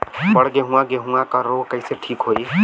बड गेहूँवा गेहूँवा क रोग कईसे ठीक होई?